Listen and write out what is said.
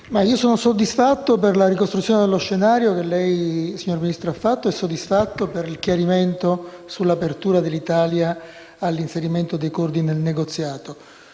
sono soddisfatto per la ricostruzione dello scenario che lei ha fatto e per il chiarimento sull'apertura dell'Italia all'inserimento dei curdi nel negoziato.